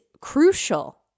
crucial